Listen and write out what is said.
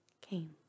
came